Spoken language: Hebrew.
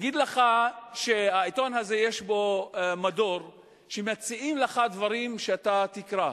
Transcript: אגיד לך שבעיתון הזה יש מדור שמציעים לך דברים לקרוא.